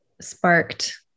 sparked